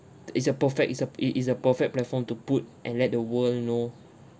it's a perfect it's a it is a perfect platform to put and let the world know